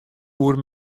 oer